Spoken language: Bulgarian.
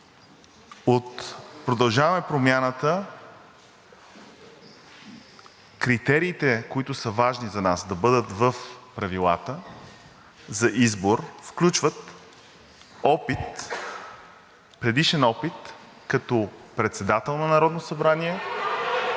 За „Продължаваме Промяната“ критериите, които са важни да бъдат в правилата за избор, включват предишен опит като председател на Народното събрание